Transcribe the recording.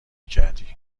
کردی